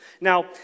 Now